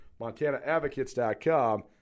MontanaAdvocates.com